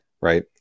right